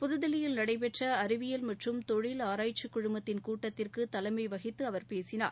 புதுதில்லியில் அறிவில் மற்றும் தொழில் ஆராய்ச்சிக் குழுமத்தின் கூட்டத்திற்கு தலைமை வகித்து அவர் பேசினார்